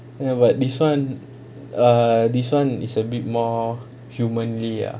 ya but this [one] err this [one] is a bit more humanly ah